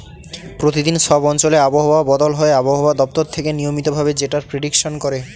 প্রতিদিন সব অঞ্চলে আবহাওয়া বদল হয় আবহাওয়া দপ্তর থেকে নিয়মিত ভাবে যেটার প্রেডিকশন করে